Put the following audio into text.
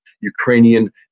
Ukrainian